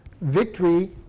victory